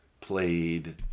played